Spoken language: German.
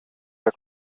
der